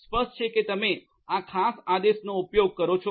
સ્પષ્ટ છે કે તમે આ ખાસ આદેશનો ઉપયોગ કરો છો